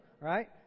right